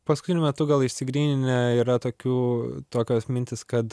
paskutiniu metu gal išsigryninę yra tokių tokios mintys kad